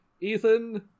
ethan